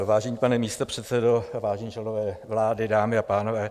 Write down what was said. Vážený pane místopředsedo, vážení členové vlády, dámy a pánové.